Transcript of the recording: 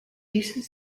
decent